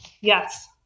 Yes